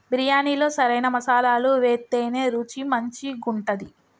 బిర్యాణిలో సరైన మసాలాలు వేత్తేనే రుచి మంచిగుంటది